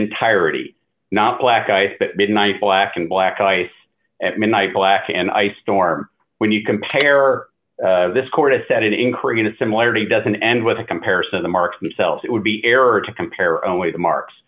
entirety not black i made nice black and black ice at midnight black and ice storm when you compare this court to set it in korean a similarity doesn't end with a comparison of the marks themselves it would be error to compare only the marks